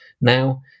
now